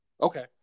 Okay